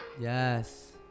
Yes